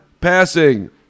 passing